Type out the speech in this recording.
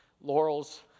Laurel's